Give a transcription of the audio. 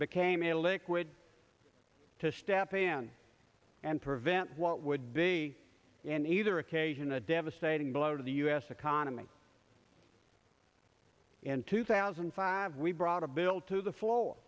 became a liquid to step in and prevent what would be in either occasion a devastating blow to the u s economy in two thousand and five we brought a bill to the f